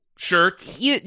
Shirts